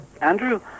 Andrew